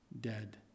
dead